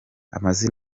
amazi